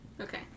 Okay